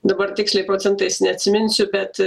dabar tiksliai procentais neatsiminsiu bet